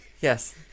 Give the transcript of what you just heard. Yes